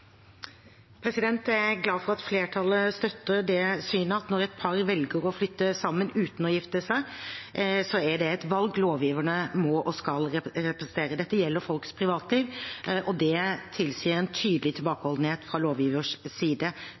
glad for at flertallet støtter det synet at når et par velger å flytte sammen uten å gifte seg, er det et valg lovgiverne må og skal respektere. Dette gjelder folks privatliv, og det tilsier en tydelig tilbakeholdenhet fra lovgivers side.